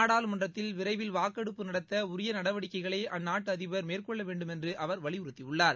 நாடாளுமன்றத்தில் விரைவில் வாக்கெடுப்பு நடத்த உரிய நடவடிக்கைகளை அந்நாட்டு அதிபர் மேற்கொள்ள வேண்டுமென்று அவர் வலியுறுத்தியுள்ளார்